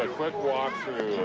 quick walkthrough